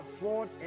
afford